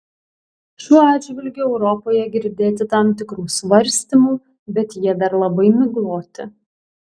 šiuo atžvilgiu europoje girdėti tam tikrų svarstymų bet jie dar labai migloti